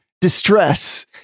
distress